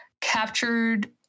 captured